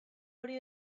hori